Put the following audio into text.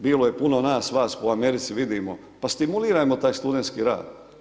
Bilo je puno nas, vas po Americi, vidimo, pa stimulirajmo taj studentski rad.